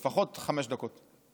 לפחות חמש דקות.